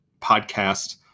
podcast